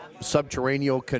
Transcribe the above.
subterranean